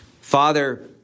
Father